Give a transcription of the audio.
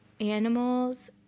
animals